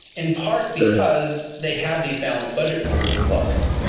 in part because they have these balanced budget rules in the books.